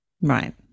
right